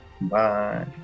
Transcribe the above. Bye